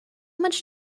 much